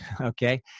okay